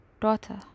daughter